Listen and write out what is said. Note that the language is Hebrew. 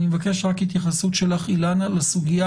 אני מבקש רק התייחסות שלך אילנה לסוגיה